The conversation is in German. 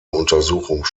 untersuchung